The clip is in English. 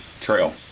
Trail